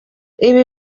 bikaba